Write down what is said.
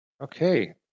Okay